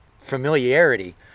familiarity